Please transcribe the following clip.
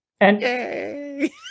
Yay